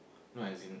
no as in